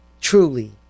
truly